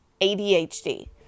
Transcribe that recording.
ADHD